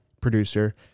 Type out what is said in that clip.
producer